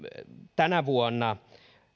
tänä vuonna